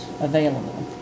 available